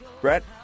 Brett